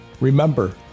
Remember